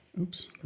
Oops